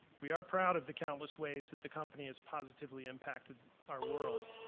we are proud of the countless ways that the company has positively impacted our world,